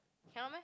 cannot meh